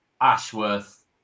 Ashworth